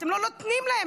אתם אפילו לא נותנים להם.